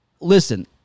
listen